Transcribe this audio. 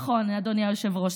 נכון, אדוני היושב-ראש.